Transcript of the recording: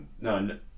no